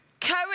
Courage